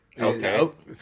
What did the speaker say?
Okay